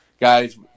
guys